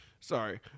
Sorry